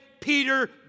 Peter